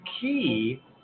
key